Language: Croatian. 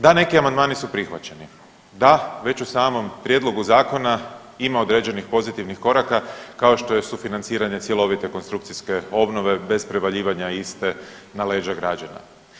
Da, neki amandmani su prihvaćeni, da već u samom prijedlogu zakona ima određenih pozitivnih koraka kao što je sufinanciranje cjelovite konstrukcijske obnove bez prevaljivanja iste na leđa građana.